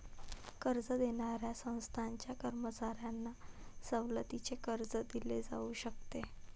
कर्ज देणाऱ्या संस्थांच्या कर्मचाऱ्यांना सवलतीचे कर्ज दिले जाऊ शकते